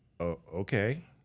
okay